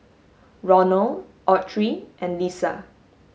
Ronal Autry and Lissa